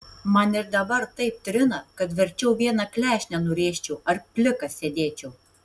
man ir dabar taip trina kad verčiau vieną klešnę nurėžčiau ar plikas sėdėčiau